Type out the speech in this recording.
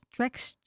Tracks